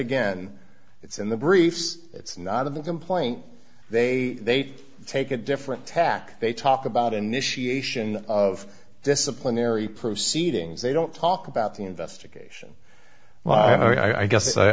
again it's in the briefs it's not of the complaint they take a different tack they talk about initiation of disciplinary proceedings they don't talk about the investigation well i guess